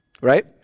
Right